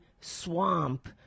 swamp